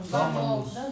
Vamos